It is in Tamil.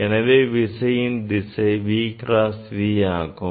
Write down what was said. எனவே விசையின் திசை V cross V ஆகும்